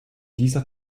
dieser